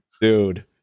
Dude